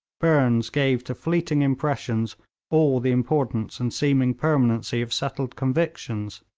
burnes gave to fleeting impressions all the importance and seeming permanency of settled convictions,